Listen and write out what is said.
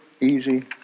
easy